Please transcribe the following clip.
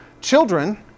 Children